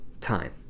time